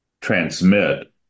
transmit